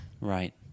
Right